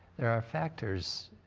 there are factors.